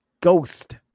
Ghost